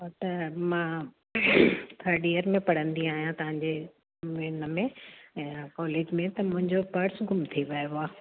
हो त मां थर्ड ईयर में पढ़ंदी आहियां तव्हां जे हिन में ऐं कॉलेज में त मुंहिंजो पर्स गुम थी वियो आहे